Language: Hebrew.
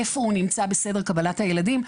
איפה הוא נמצא בסדר קבלת הילדים,